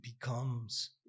becomes –